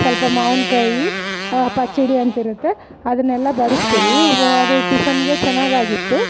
ಸ್ವಲ್ಪ ಮಾವಿನಕಾಯಿ ಪಚ್ಚಡಿ ಅಂತಿರುತ್ತೆ ಅದನ್ನೆಲ್ಲ ಬಡಿಸ್ತೀವಿ ಓ ಅದು ಟಿಫನ್ಗೆ ಚೆನ್ನಾಗಾಗಿತ್ತು